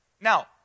Now